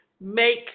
make